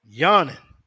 yawning